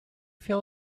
feel